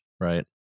right